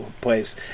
place